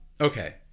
okay